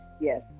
yes